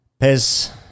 Pez